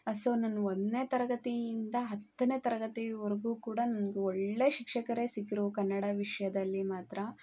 so ನಾನು ಒಂದನೇ ತರಗತಿಯಿಂದ ಹತ್ತನೇ ತರಗತಿವರೆಗೂ ಕೂಡ ನನ್ಗೆ ಒಳ್ಳೆಯ ಶಿಕ್ಷಕರೇ ಸಿಕ್ಕರು ಕನ್ನಡ ವಿಷಯದಲ್ಲಿ ಮಾತ್ರ